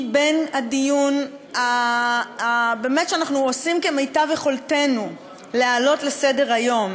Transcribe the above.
באמת בדיון שבו אנחנו עושים כמיטב יכולתנו להעלות לסדר-היום